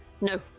No